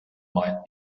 might